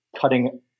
cutting